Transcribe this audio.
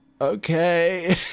okay